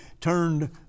turned